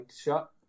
shot